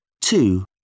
Two